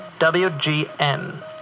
WGN